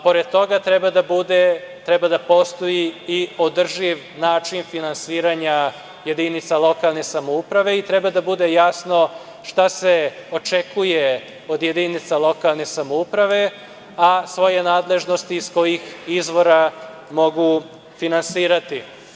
Pored toga treba da postoji i održiv način finansiranja jedinica lokalne samouprave i treba da bude jasno šta se očekuje od jedinica lokalne samouprave, a svoje nadležnosti iz kojih izvora mogu finansirati.